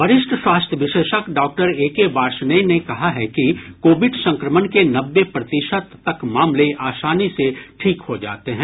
वरिष्ठ स्वास्थ्य विशेषज्ञ डॉक्टर एके वार्ष्णेय ने कहा है कि कोविड संक्रमण के नब्बे प्रतिशत तक मामले आसानी से ठीक हो जाते हैं